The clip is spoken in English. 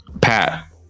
Pat